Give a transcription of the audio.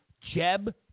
Jeb